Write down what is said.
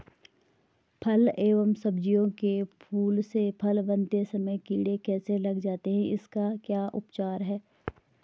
फ़ल व सब्जियों के फूल से फल बनते समय कीड़े कैसे लग जाते हैं इसका क्या उपचार है?